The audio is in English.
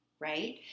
right